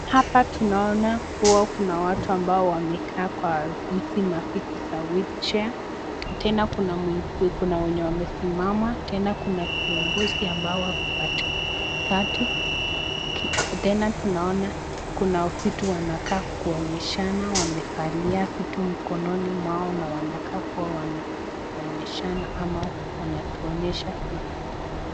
Hapa tunaona kuwa kuna watu ambao wamekaa kwa hizi maviti za wheelchair na tena kuna wenye wamesimama, tena kuna viongozi ambao wako katikati, tena tunaona kuna vitu wanakaa kuonyeshana wamevalia vitu mkononi mwao na wanakaa kuwa wanaonyeshana ama wanatuonyesha vitu.